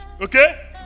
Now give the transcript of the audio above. okay